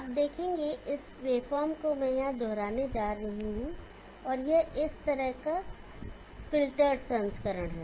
आप देखेंगे कि इस वेवफॉर्म को मैं यहाँ दोहराने जा रहा हूँ और यह इस का फ़िल्टर्ड संस्करण है